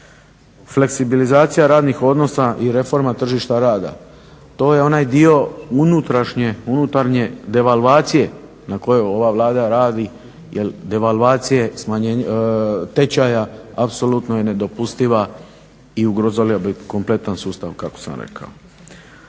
Fleksibilizacija radnih odnosa i reforma tržišta rada, to je onaj dio unutrašnje, unutarnje devalvacije na kojoj ova Vlada radi jer devalvacije tečaja apsolutno je nedopustiva i ugrozila bi kompletan sustav kako sam rekao.